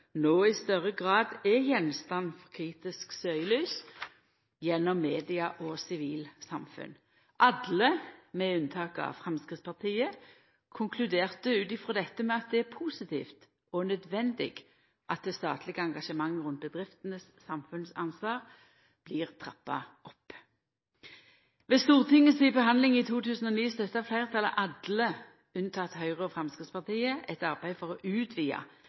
i større grad er gjenstand for kritisk søkelys gjennom media og sivilsamfunn». Alle – med unntak av Framstegspartiet – konkluderte ut frå dette med at det var «positivt og nødvendig at det statlige engasjementet rundt bedrifters samfunnsansvar trappes opp». Ved Stortingets behandling i 2009 støtta fleirtalet, dvs. alle utan Høgre og Framstegspartiet, eit arbeid for å